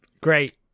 Great